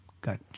Got